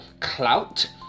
clout